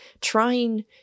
trying